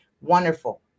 Wonderful